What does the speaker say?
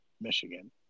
Michigan